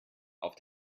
auf